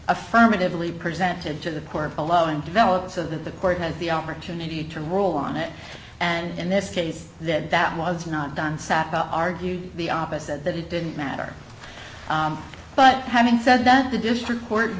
affirmatively presented to the court below and developed so that the court has the opportunity to rule on it and in this case that that was not done sat argue the opposite that it didn't matter but having said that the district court